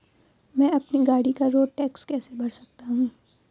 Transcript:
मैं अपनी गाड़ी का रोड टैक्स कैसे भर सकता हूँ?